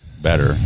better